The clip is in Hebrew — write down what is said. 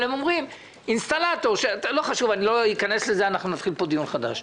לא חשוב, לא אכנס לזה כי אז נתחיל פה דיון חדש.